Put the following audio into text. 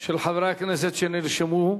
של חברי הכנסת שנרשמו,